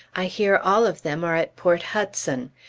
i hear all of them are at port hudson.